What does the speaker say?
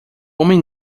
homem